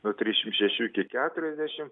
nuo trisdešim šešių iki keturiasdešim